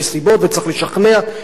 וצריך לשכנע וכו'.